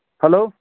hello